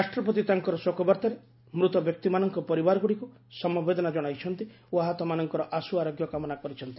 ରାଷ୍ଟ୍ରପତି ତାଙ୍କର ଶୋକବାର୍ତ୍ତାରେ ମୃତ ବ୍ୟକ୍ତିମାନଙ୍କ ପରିବାରଗୁଡ଼ିକୁ ସମବେଦନା ଜଣାଇଛନ୍ତି ଓ ଆହତମାନଙ୍କର ଆଶୁ ଆରୋଗ୍ୟ କାମନା କରିଛନ୍ତି